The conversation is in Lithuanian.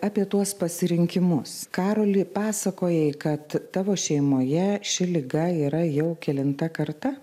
apie tuos pasirinkimus karoli pasakojai kad tavo šeimoje ši liga yra jau kelinta karta